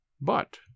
but